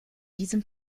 diesem